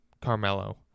Carmelo